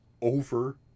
over